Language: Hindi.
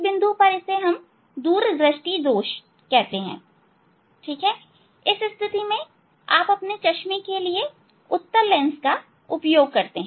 इस बिंदु पर इसे दूरदृष्टि दोष कहा जाता है स्थिति में यदि आप चश्मे में उत्तल लेंस का उपयोग करते हैं